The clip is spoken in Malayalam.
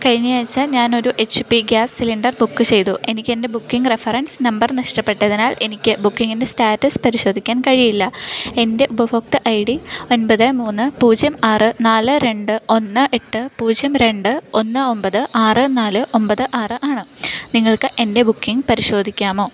കഴിഞ്ഞയാഴ്ച്ച ഞാൻ ഒരു H P gas cylinder book ചെയ്തു എനിക്ക് എൻ്റെ ബുക്കിംഗ് റഫറൻസ് നമ്പർ നഷ്ടപ്പെട്ടതിനാൽ എനിക്ക് ബുക്കിംഗിൻ്റെ സ്റ്റാറ്റസ് പരിശോധിക്കാൻ കഴിയില്ല എൻ്റെ ഉപഭോക്തൃ ഐ ഡി ഒമ്പത് മൂന്ന് പൂജ്യം ആറ് നാല് രണ്ട് ഒന്ന് എട്ട് പൂജ്യം രണ്ട് ഒന്ന് ഒമ്പത് ആറ് നാല് ഒമ്പത് ആറ് ആണ് നിങ്ങൾക്ക് എൻ്റെ ബുക്കിംഗ് പരിശോധിക്കാമോ